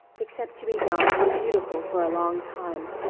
except to be young and beautiful for a long time,